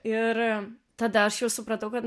ir tada aš jau supratau kad